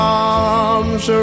arms